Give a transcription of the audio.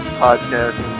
podcast